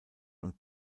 und